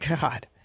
God